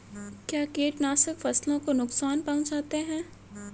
क्या कीटनाशक फसलों को नुकसान पहुँचाते हैं?